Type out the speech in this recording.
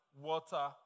water